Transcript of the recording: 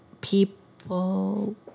people